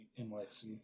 NYC